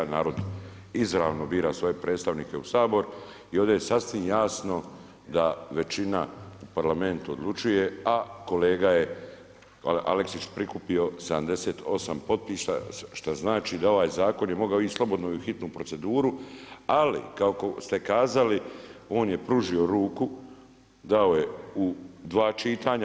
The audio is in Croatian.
Narod izravno bira svoje predstavnike u Sabor i ovdje je sasvim jasno da većina u parlamentu odlučuje, a kolega je Aleksić prikupio 78 potpisa što znači da ovaj zakon je mogao ići slobodno i u hitnu proceduru, ali kao što ste kazali on je pružio ruku, dao je u dva čitanja.